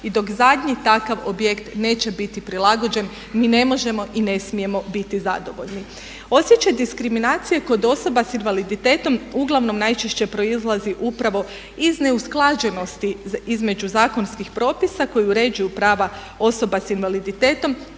I dok zadnji takav objekt neće biti prilagođen mi ne možemo i ne smijemo biti zadovoljni. Osjećaj diskriminacije kod osoba s invaliditetom uglavnom najčešće proizlazi upravo iz neusklađenosti između zakonskih propisa koji uređuju prava osoba s invaliditetom